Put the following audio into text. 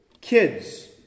Kids